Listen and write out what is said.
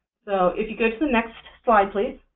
so if you go so the next slide, please,